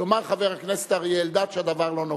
יאמר חבר הכנסת אריה אלדד שהדבר לא נוגד.